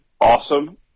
awesome